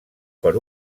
per